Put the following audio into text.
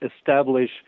establish